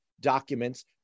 documents